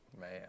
Man